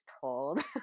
told